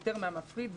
יותר מאשר המפריד,